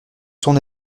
son